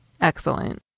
Excellent